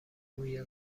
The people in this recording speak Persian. موی